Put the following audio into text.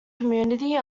community